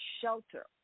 shelter